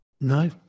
No